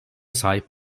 sahip